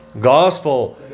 Gospel